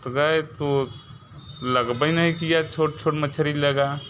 तो गए तो लग ही नहीं किए छोट छोट मछली लगा